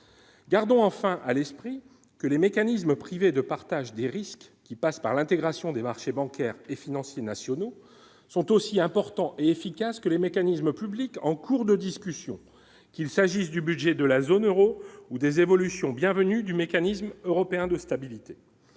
gardons enfin à l'esprit que les mécanismes privés de partage des risques, qui passe par l'intégration des marchés bancaires et financiers nationaux sont aussi important et efficace que les mécanismes publics en cours de discussion. Qu'il s'agisse du budget de la zone Euro, ou des évolutions bienvenues du mécanisme européen de stabilité,